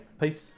Peace